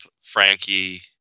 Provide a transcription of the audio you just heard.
Frankie